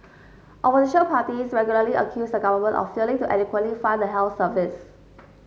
opposition parties regularly accuse the government of failing to adequately fund the health service